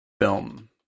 film